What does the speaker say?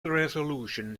resolution